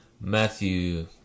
Matthew